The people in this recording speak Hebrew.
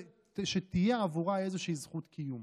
שתהיה עבורה איזושהי זכות קיום.